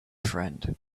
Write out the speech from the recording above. friend